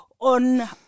on